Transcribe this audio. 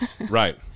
Right